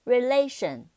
Relation